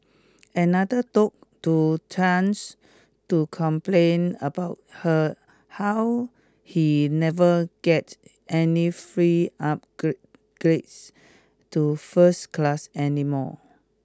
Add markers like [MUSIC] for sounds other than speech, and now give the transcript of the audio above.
another took to chance to complain about her how he never gets any free [UNINTELLIGIBLE] grades to first class anymore